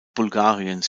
bulgariens